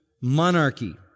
monarchy